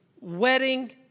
Wedding